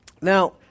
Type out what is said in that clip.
Now